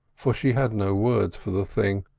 for she had no words for the thing,